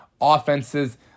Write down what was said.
Offenses